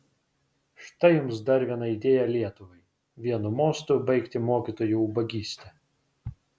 štai jums dar viena idėja lietuvai vienu mostu baigti mokytojų ubagystę